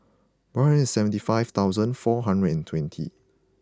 one hundred and seventy five thousand four hundred and twenty